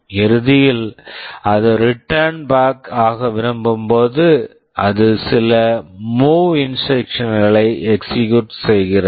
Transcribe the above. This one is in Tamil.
இறுதியில் அது ரிட்டர்ன் பேக் return back ஆக விரும்பும்போது அது சில மூவ் MOV இன்ஸ்ட்ரக்சன் instruction களை எக்ஸிகுயூட் execute செய்கிறது